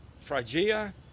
Phrygia